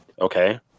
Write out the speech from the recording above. Okay